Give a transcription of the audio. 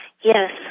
Yes